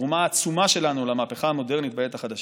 והתרומה העצומה שלנו למהפכה המודרנית בעת החדשה,